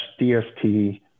DST